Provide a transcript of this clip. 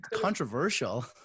Controversial